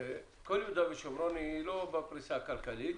שכל יהודה ושומרון היא לא בפריסה הכלכלית.